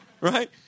Right